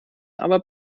aber